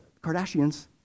Kardashians